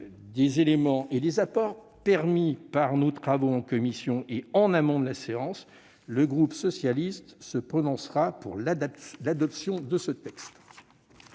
ces éléments et des apports résultant de nos travaux en commission et en amont de la séance, le groupe socialiste se prononcera pour l'adoption de ce texte.